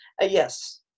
Yes